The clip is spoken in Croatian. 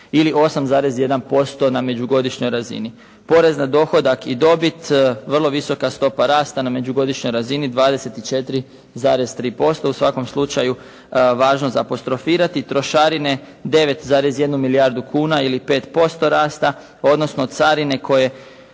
ili 8,1% na međugodišnjoj razini. Porez na dohodak i dobit, vrlo visoka stopa rasta na međugodišnjoj razini 24,3%. U svakom slučaju važno za apostrofirati. Trošarine 9,1 milijardu kuna ili 5% rasta odnosno carine koje,